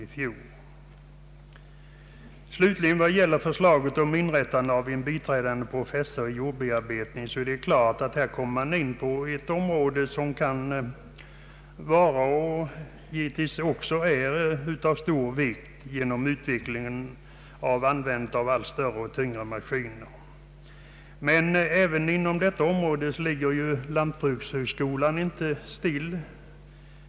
Vad slutligen gäller förslaget om inrättandet av en tjänst som biträdande professor i jordbearbetning är det klart att man kommer in på ett område som är av stor vikt genom utvecklingen och användandet av allt större och tyngre maskiner. Men inom detta liksom inom andra områden står Lantbrukshögskolan inte stilla.